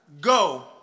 Go